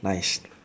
nice